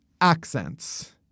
accents